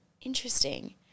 Interesting